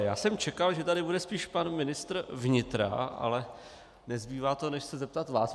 Já jsem čekal, že tady bude spíš pan ministr vnitra, ale nezbývá to, než se zeptat vás.